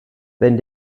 wenn